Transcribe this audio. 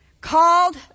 Called